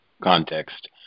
context